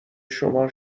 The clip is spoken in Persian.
شما